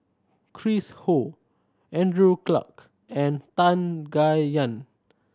Chris Ho Andrew Clarke and Tan Gai Yan